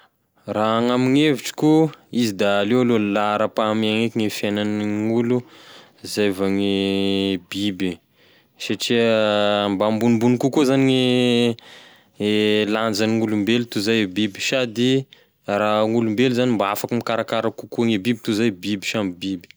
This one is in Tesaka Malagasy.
Raha gn'amign'evitriko izy da aleo lo laharampahamehana eky gne fiagnan'ny gn'olo zay vao gne biby e satria mba ambonimbony kokoa zany gne e lanjan'olombelo toy izay e biby sady raha gn'olombelo zany mba afaky mikarakara kokoa gne biby toy izay biby samy biby.